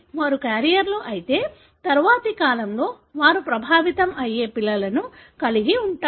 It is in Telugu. వారు క్యారియర్లు అయితే తరువాతి తరంలో వారు ప్రభావితం అయ్యే పిల్లలను కలిగి ఉంటారు